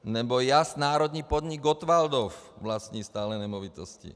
Nebo JAS, národní podnik Gottwaldov, vlastní stále nemovitosti.